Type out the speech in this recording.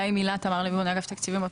תמר לוי בונה אגף תקציבים,